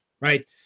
right